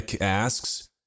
asks